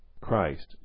Christ